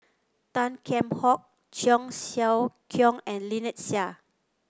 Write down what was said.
Tan Kheam Hock Cheong Siew Keong and Lynnette Seah